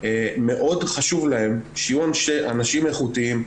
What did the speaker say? מאוד חשוב להם שיהיו אנשים איכותיים,